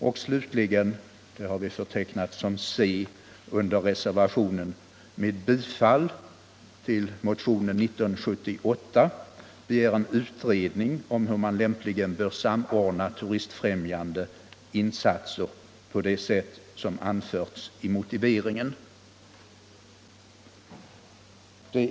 För det tredje hemställer vi i reservationens med C betecknade yrkande att riksdagen med bifall till motionen 1978 skall begära en utredning om hur man lämpligen bör samordna turistfrämjande insatser på det sätt som anförts i motiveringen.